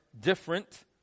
different